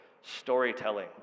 Storytelling